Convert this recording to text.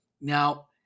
Now